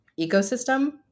ecosystem